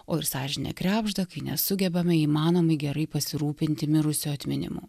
o ir sąžinė krebžda kai nesugebame įmanomai gerai pasirūpinti mirusio atminimu